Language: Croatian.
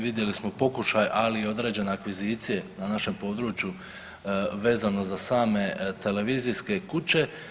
Vidjeli smo pokušaj, ali određene akvizicije na našem području vezano za same televizijske kuće.